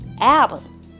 album